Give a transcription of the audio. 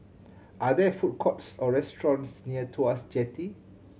are there food courts or restaurants near Tuas Jetty